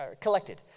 collected